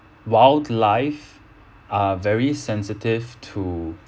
wildlife are very sensitive to